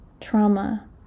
trauma